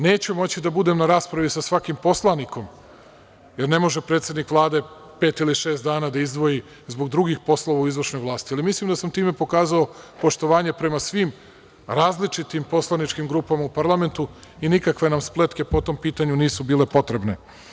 Neću moći da budem na raspravi sa svakim poslanikom, jer ne može predsednik Vlade pet ili šest dana da izdvoji zbog drugih poslova u izvršnoj vlasti, ali mislim da sam time pokazao poštovanje prema svim različitim poslaničkim grupama u parlamentu i nikakve nam spletke po tom pitanju nisu bile potrebne.